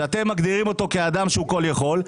שאתם מגדירים אותו כאדם שהוא כל יכול,